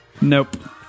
Nope